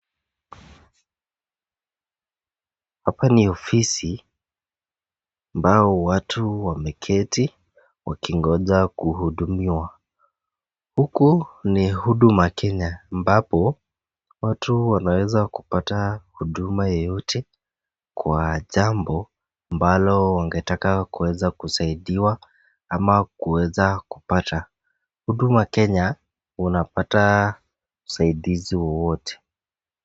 Hapa ni ofisi ambao watu wameketi wakingoja kuhudumiwa. Huku ni Huduma Kenya ambapo watu wanaweza kupata huduma yoyote kwa jambo ambalo wangetaka kuweza kusaidiwa ama kuweza kupata . Huduma Kenya unapata usaidizi wowote.